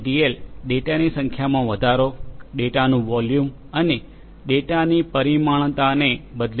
L ડેટાની સંખ્યામાં વધારો ડેટાનું વોલ્યુમ અને ડેટાની પરિમાણતાને બદલે છે